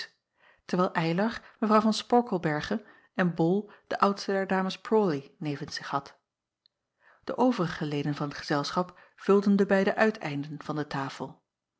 terwijl ylar w van porkelberghe en ol de oudste der ames rawley nevens zich had e overige leden van t gezelschap vulden de beide uiteinden van de tafel